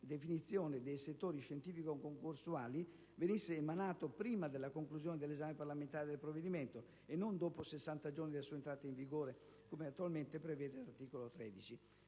definizione dei settori scientifico-concorsuali venisse emanato prima della conclusione dell'esame parlamentare del provvedimento (non dopo 60 giorni dalla sua entrata in vigore come attualmente previsto all'articolo 13).